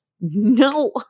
no